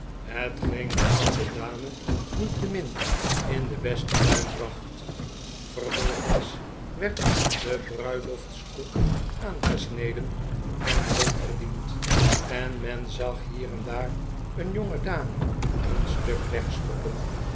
hetgeen de oude dame niettemin in de beste hum bracht vervolgens werd de bruiloftskoek aangesneden en rondgediend en men zag hier en daar een jongedame een stuk wegstoppen